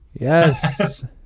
Yes